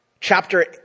chapter